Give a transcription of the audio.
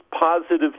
positive